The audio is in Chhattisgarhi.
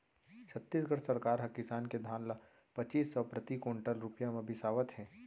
छत्तीसगढ़ सरकार ह किसान के धान ल पचीस सव प्रति कोंटल रूपिया म बिसावत हे